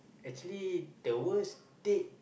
actually the worst date